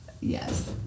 yes